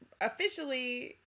officially